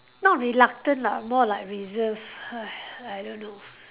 not reluctant lah more like reserved I don't know